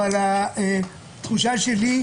אבל התחושה שלי,